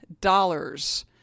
dollars